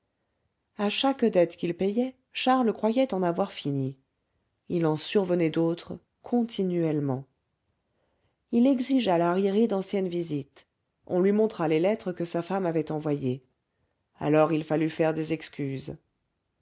à chaque dette qu'il payait charles croyait en avoir fini il en survenait d'autres continuellement il exigea l'arriéré d'anciennes visites on lui montra les lettres que sa femme avait envoyées alors il fallut faire des excuses